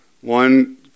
one